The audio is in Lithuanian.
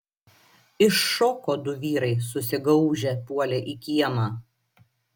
iššoko du vyrai susigaužę puolė į kiemą